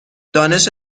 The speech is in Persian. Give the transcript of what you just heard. دانش